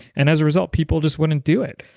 and as a result, people just wouldn't do it.